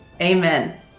Amen